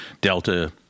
Delta